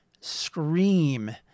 scream